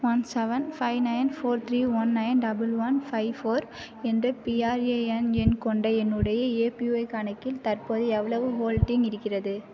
one seven five nine four three one nine double one five four என்ற PRAN எண் கொண்ட என்னுடைய APY கணக்கில் தற்போது எவ்வளவு ஹோல்டிங் இருக்கிறது